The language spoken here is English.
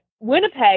Winnipeg